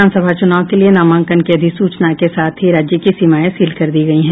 विधानसभा चुनाव के लिये नामांकन की अधिसूचना के साथ ही राज्य की सीमाएं सील कर दी गई हैं